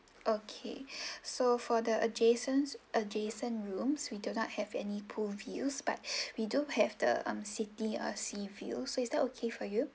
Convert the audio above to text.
okay so for the adjacent adjacent rooms we do not have any pool views but we do have the city ah sea view so is that okay for you